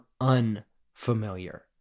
unfamiliar